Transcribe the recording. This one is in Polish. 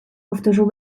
powtórzył